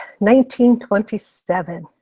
1927